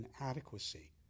inadequacy